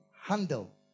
handle